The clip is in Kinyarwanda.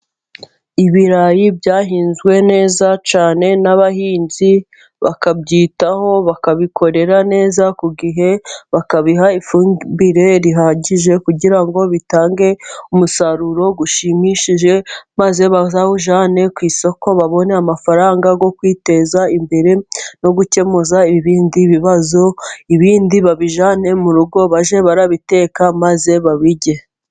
Ibirayi byahinzwe neza cyane n'abahinzi, bakabyitaho bakabikorera neza ku gihe, bakabiha ifumbire ihagije kugira ngo bitange umusaruro ushimishije, maze bazawujyane ku isoko, babone amafaranga yo kwiteza imbere no gukemuza ibindi bibazo. Ibindi babijyane mu rugo bajye barabiteka maze babirye.